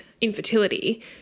infertility